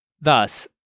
Thus